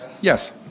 yes